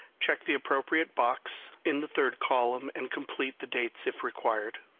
check the appropriate box in the third column and complete the dates if required.